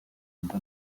under